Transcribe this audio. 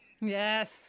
Yes